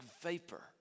vapor